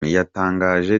yatangaje